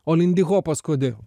o lindihopas kodėl